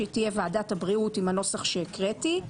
שהיא תהיה ועדת הבריאות עם הנוסח שהקראתי.